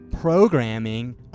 programming